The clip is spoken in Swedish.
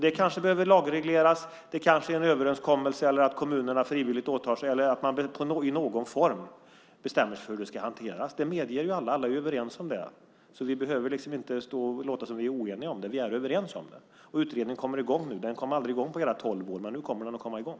Det kanske behövs en lagreglering, det kanske behövs en överenskommelse eller att kommunerna frivilligt åtar sig detta eller att man i någon form bestämmer sig för hur detta ska hanteras. Alla är överens om det, så vi behöver inte låta som om vi är oeniga om det. Utredningen kommer i gång nu. Den kom aldrig i gång under era tolv år, men nu kommer den i gång.